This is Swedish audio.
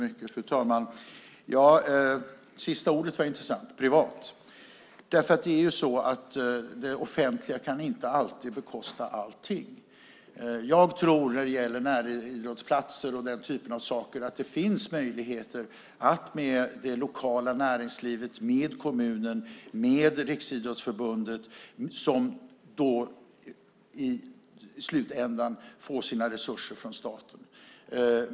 Fru talman! Det sista ordet var intressant: privat. Det offentliga kan inte alltid bekosta allting. Jag tror när det gäller näridrottsplatser och den typen av saker att det finns möjligheter med det lokala näringslivet, med kommunen, med Riksidrottsförbundet som i slutändan får sina resurser från staten.